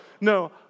no